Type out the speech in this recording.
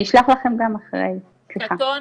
אני קטונתי,